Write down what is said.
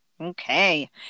Okay